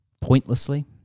pointlessly